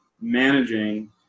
managing